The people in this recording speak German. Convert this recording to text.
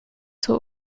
zur